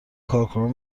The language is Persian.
کارکنان